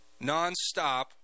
nonstop